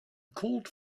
called